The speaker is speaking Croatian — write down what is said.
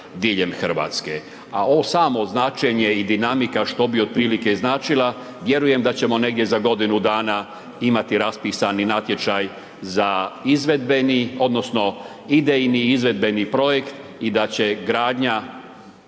RH. A ovo samo značenje i dinamika što bi otprilike značila, vjerujem da ćemo negdje za godinu dana imati raspisani natječaj za izvedbeni odnosno idejni i izvedbeni projekt i da će gradnja